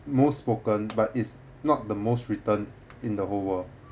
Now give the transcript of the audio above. most spoken but it's not the most written in the whole world